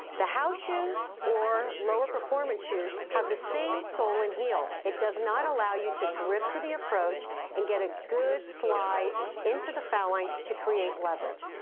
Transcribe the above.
the house shoes, or lower performance shoes, have the same sole and heel. it does not allow you to grip to the approach and get a good slide into the foul line to create leverage.